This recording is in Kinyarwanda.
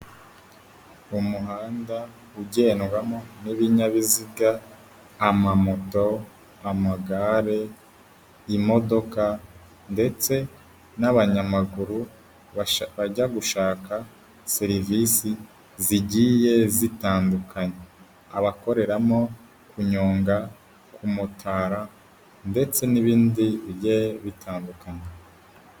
Umuhanda ugendwamo n'ibinyabiziga, amamoto, amagare, imodoka ndetse n'abanyamaguru bajya gushaka serivisi zigiye zitandukanye, abakoreramo kunyonga, kumotara ndetse n'ibindi bigiye bitandukanye.